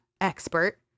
expert